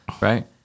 right